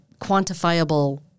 quantifiable